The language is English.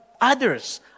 others